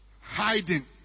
hiding